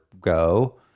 go